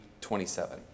27